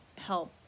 help